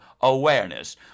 awareness